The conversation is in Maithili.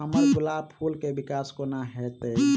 हम्मर गुलाब फूल केँ विकास कोना हेतै?